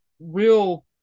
real